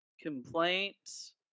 complaints